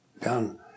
done